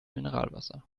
mineralwasser